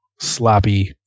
sloppy